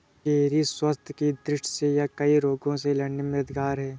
cherry स्वास्थ्य की दृष्टि से यह कई रोगों से लड़ने में मददगार है